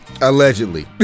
Allegedly